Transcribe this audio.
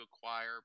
acquire